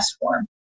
form